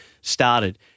started